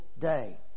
day